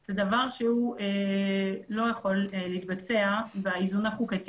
זה דבר שהוא לא יכול להתבצע באיזון החוקתי